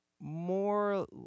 more